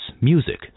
music